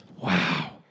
Wow